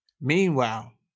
Meanwhile